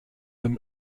them